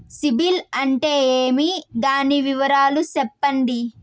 సిబిల్ అంటే ఏమి? దాని వివరాలు సెప్పండి?